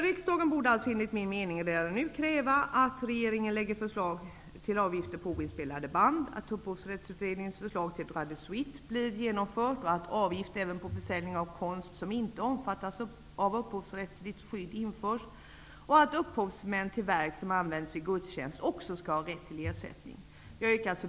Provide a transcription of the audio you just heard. Riksdagen borde alltså enligt min mening redan nu kräva att regeringen lägger fram förslag till avgift på oinspelade band, att Upphovsrättsutredningens förslag till droit de suite blir genomfört, att avgift även på försäljning av konst som inte omfattas av upphovsrättsligt skydd införs och att upphovsmän till verk som används vid gudstjänster också skall ha rätt till ersättning.